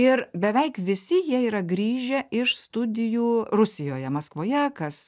ir beveik visi jie yra grįžę iš studijų rusijoje maskvoje kas